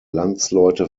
landsleute